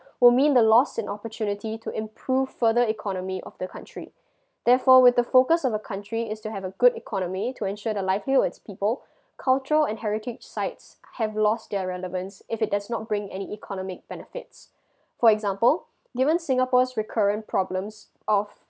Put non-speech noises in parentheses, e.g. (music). (breath) will mean the lost in opportunity to improve further economy of the country therefore with the focus of a country is to have a good economy to ensure the livelihood of it's people culture and heritage sites have lost their relevance if it does not bring any economic benefits (breath) for example given singapore's recurrence problem of